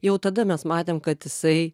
jau tada mes matėm kad jisai